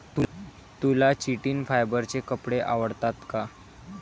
तुला चिटिन फायबरचे कपडे आवडतात का?